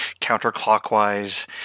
counterclockwise